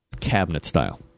Cabinet-style